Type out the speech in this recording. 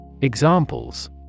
Examples